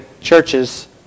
churches